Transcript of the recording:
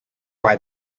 while